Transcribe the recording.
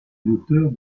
l’auteur